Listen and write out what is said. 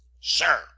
Sir